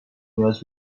نیاز